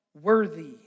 worthy